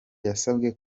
yasabwe